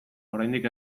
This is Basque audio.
oraindik